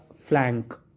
flank